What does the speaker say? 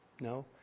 no